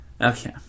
Okay